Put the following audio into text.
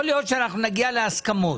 יכול להיות שנגיע להסכמות.